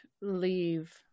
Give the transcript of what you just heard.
leave